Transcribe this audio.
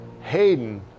Hayden